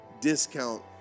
discount